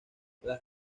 las